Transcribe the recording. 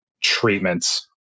treatments